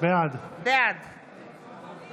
בעד